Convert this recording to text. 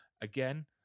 Again